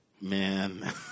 man